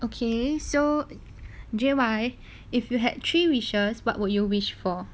okay so J_Y if you had three wishes what would you wish for